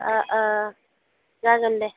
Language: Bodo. अ अ जागोन दे